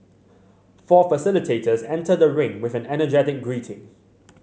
four facilitators enter the ring with an energetic greeting